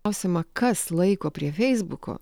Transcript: klausiama kas laiko prie feisbuko